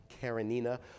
Karenina